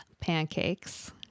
pancakes